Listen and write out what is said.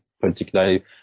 Particularly